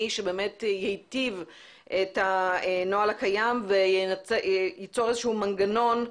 שבאמת ייטיב את הנוהל הקיים וייצור איזשהו מנגנון,